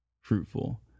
fruitful